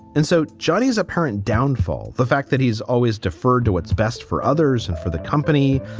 and so johnny's apparent downfall, the fact that he's always deferred to what's best for others and for the company,